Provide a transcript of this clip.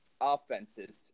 offenses